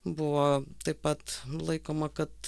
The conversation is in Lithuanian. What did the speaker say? buvo taip pat laikoma kad